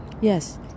Yes